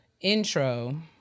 intro